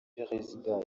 perezida